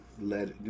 let